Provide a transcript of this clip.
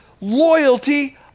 loyalty